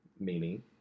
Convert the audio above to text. Meaning